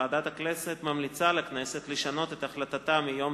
ועדת הכנסת ממליצה לכנסת לשנות את החלטתה מיום